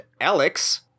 Alex